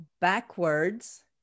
backwards